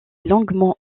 longuement